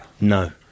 No